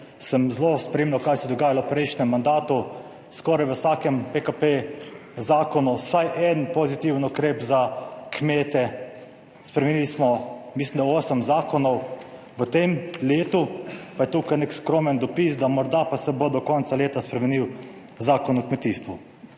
sem zelo spremljal, kaj se je dogajalo v prejšnjem mandatu. Skoraj v vsakem zakonu PKP vsaj en pozitiven ukrep za kmete, spremenili smo, mislim, da osem zakonov, v tem letu pa je tukaj nek skromen dopis, da morda pa se bo do konca leta spremenil Zakon o kmetijstvu.